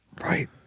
Right